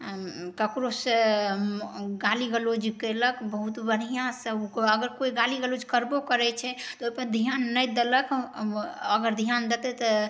ककरो से गाली गलौज केलक बहुत बढ़िऑं से अगर कोइ गाली गलौज करबो करै छै तऽ ओहि पर ध्यान नहि देलक अगर ध्यान देतै तऽ